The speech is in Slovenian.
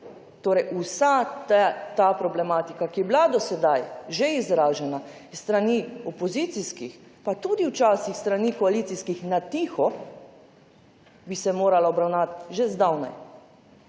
Torej vsa ta problematika, ki je bila do sedaj že izražena s strani opozicijskih, pa tudi včasih s strani koalicijskih na tiho, bi se morala obravnavati že zdavnaj.